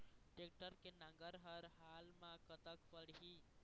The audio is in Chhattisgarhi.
टेक्टर के नांगर हर हाल मा कतका पड़िही?